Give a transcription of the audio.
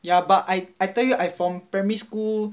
ya but I I tell you I from primary school